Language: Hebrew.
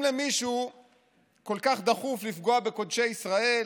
אם למישהו כל כך דחוף לפגוע בקודשי ישראל